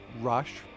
Rush